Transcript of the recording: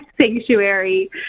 sanctuary